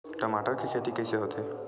टमाटर के खेती कइसे होथे?